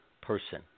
person